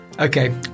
Okay